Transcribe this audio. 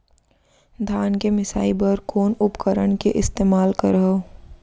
धान के मिसाई बर कोन उपकरण के इस्तेमाल करहव?